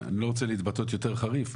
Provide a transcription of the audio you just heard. אני לא רוצה להתבטא יותר חריף,